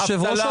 היושב-ראש,